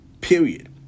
period